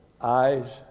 Eyes